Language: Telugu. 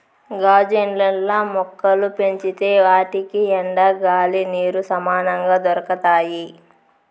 గాజు ఇండ్లల్ల మొక్కలు పెంచితే ఆటికి ఎండ, గాలి, నీరు సమంగా దొరకతాయి